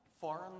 foreign